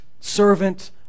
servant